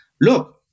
look